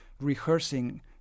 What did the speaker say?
rehearsing